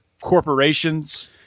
corporations